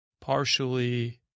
partially